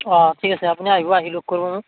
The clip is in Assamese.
অঁ ঠিক আছে আপুনি আহিব আহি লগ কৰিব মোক